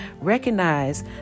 Recognize